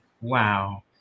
Wow